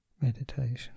meditation